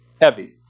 heavy